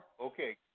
Okay